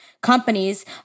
companies